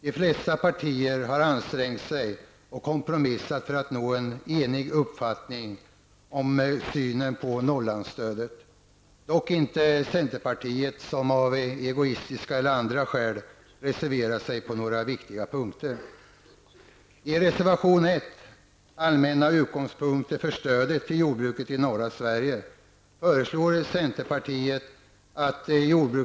De flesta partier har ansträngt sig och kompromissat för att nå en enig uppfattning om synen på Norrlandsstödet, dock inte centerpartiet, som av egoistiska eller andra skäl reserverat sig på några viktiga punkter.